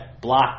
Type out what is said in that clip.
block